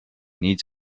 needs